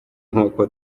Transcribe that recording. nkuko